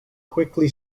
quickly